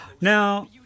Now